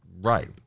Right